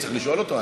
צריך לשאול אותו,